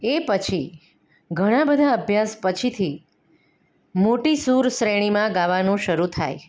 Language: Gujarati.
એ પછી ઘણા બધા અભ્યાસ પછીથી મોટી સુર શ્રેણીમાં ગાવાનું શરૂ થાય